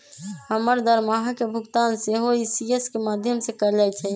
हमर दरमाहा के भुगतान सेहो इ.सी.एस के माध्यमें से कएल जाइ छइ